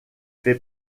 fait